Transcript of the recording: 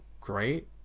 great